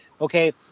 Okay